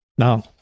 Now